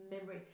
memory